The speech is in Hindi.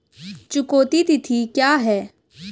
चुकौती तिथि क्या है?